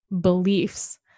beliefs